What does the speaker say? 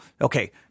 okay